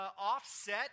offset